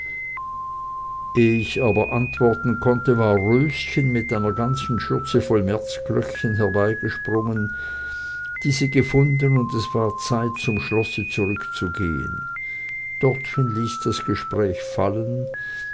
ich aber antworten konnte war röschen mit einer ganzen schürze voll märzglöckchen herbeigesprungen die sie gefunden und es war zeit zum schlosse zurückzugehen dortchen ließ das gespräch fallen